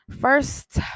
first